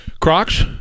Crocs